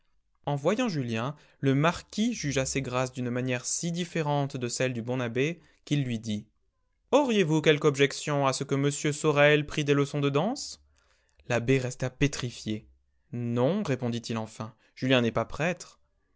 en voyant julien le marquis jugea ses grâces d'une manière si différente de celle du bon abbé qu'il lui dit auriez-vous quelque objection à ce que m sorel prît des leçons de danse l'abbé resta pétrifié non répondit-il enfin julien n'est pas prêtre